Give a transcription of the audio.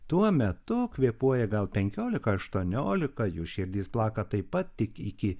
tuo metu kvėpuoja gal penkiolika aštuoniolika jų širdis plaka taip pat tik iki